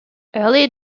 early